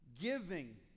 Giving